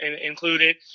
included